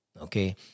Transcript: Okay